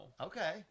Okay